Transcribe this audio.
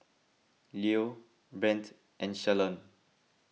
Lue Brent and Shalon